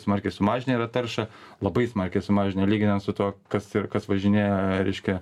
smarkiai sumažina yra tarša labai smarkiai sumažina lyginant su tuo kas ir kas važinėja reiškia